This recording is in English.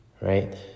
Right